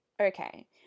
Okay